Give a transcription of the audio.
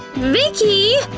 vicki!